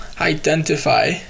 identify